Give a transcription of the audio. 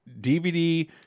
DVD